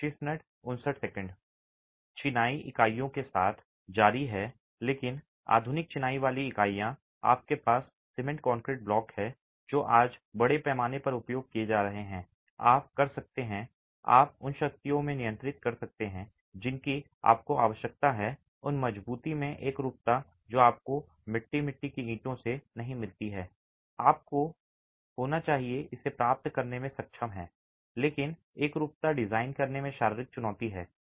चिनाई इकाइयों के साथ जारी है लेकिन आधुनिक चिनाई वाली इकाइयां आपके पास सीमेंट कंक्रीट ब्लॉक हैं जो आज बड़े पैमाने पर उपयोग किए जा रहे हैं आप कर सकते हैं आप उन शक्तियों को नियंत्रित कर सकते हैं जिनकी आपको आवश्यकता है उन मजबूती में एकरूपता जो आपको मिट्टी मिट्टी की ईंटों से नहीं मिलती हैं आपको होना चाहिए इसे प्राप्त करने में सक्षम है लेकिन एकरूपता प्राप्त करने में एक शारीरिक चुनौती है